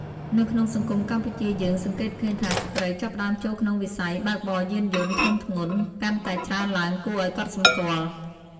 នៅក្នុងសង្គមកម្ពុជាយើងសង្កេតឃើញថា ស្ត្រីចាប់ផ្តើមចូលក្នុងវិស័យបើកបរយានយន្តធុនធ្ងន់កាន់តែច្រើនឡើងគួរឱ្យកត់សម្គាល់។